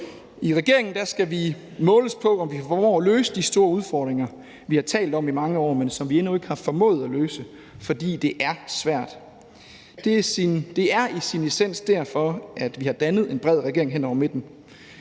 I regeringen skal vi måles på, om vi formår at løse de store udfordringer, vi har talt om i mange år, men som vi endnu ikke har formået at løse, fordi det er svært. Det er i sin essens derfor, vi har dannet en bred regering hen over midten.